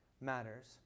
matters